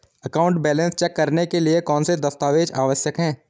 Account balance check करने के लिए कौनसे दस्तावेज़ आवश्यक हैं?